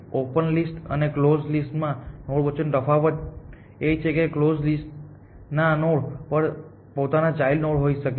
open list અને close list માં node વચ્ચેનો તફાવત એ છે કે કલોઝ લિસ્ટ ના નોડ પર તેમના પોતાના ચાઈલ્ડ નોડ હોઈ શકે છે